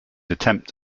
attempt